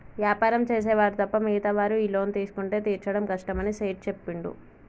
వ్యాపారం చేసే వారు తప్ప మిగతా వారు ఈ లోన్ తీసుకుంటే తీర్చడం కష్టమని సేట్ చెప్పిండు